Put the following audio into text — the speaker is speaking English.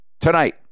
tonight